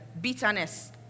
Bitterness